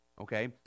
okay